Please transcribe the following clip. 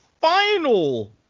final